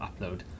upload